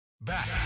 Back